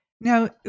Now